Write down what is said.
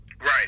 right